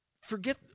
forget